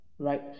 Right